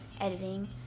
editing